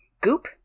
Goop